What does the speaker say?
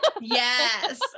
Yes